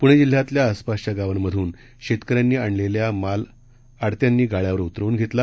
पुणे जिल्ह्यातल्या आसपासच्या गावांमधून शेतकऱ्यांनी आणलेल्या माल आडत्यांनी गाळ्यावर उतरवून घेतला